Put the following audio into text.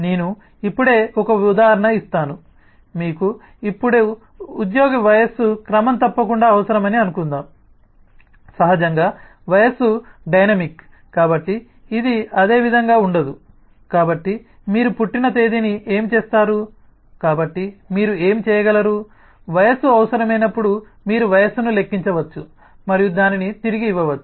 నేను ఇప్పుడే ఒక ఉదాహరణ ఇస్తాను మీకు ఇప్పుడు ఉద్యోగి వయస్సు క్రమం తప్పకుండా అవసరమని అనుకుందాం సహజంగా వయస్సు డైనమిక్ కాబట్టి ఇది అదే విధంగా ఉండదు కాబట్టి మీరు పుట్టిన తేదీని ఏమి చేస్తారు కాబట్టి మీరు ఏమి చేయగలరు వయస్సు అవసరమైనప్పుడు మీరు వయస్సును లెక్కించవచ్చు మరియు దానిని తిరిగి ఇవ్వవచ్చు